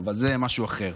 אבל זה משהו אחר.